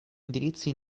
indirizzi